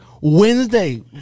Wednesday